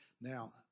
Now